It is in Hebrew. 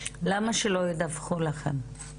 למה שלא ידווחו לכם?